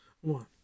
one